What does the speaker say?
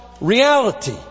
reality